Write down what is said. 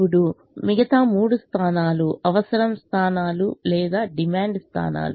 ఇప్పుడు మిగతా మూడు స్థానలు అవసరం స్థానాలు లేదా డిమాండ్ స్థానాలు